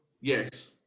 Yes